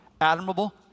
admirable